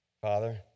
Father